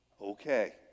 okay